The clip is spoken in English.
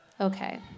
Okay